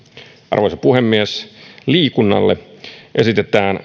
arvoisa puhemies liikunnalle esitetään